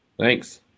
Thanks